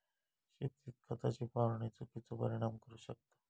शेतीत खताची फवारणी चुकिचो परिणाम करू शकता